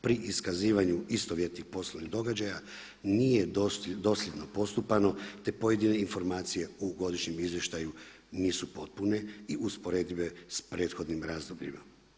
Pri iskazivanju istovjetnih poslovnih događaja nije dosljedno postupano, te pojedine informacije u godišnjem izvještaju nisu potpune i usporedive sa prethodnim razdobljima.